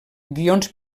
guions